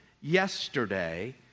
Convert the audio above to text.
yesterday